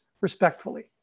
respectfully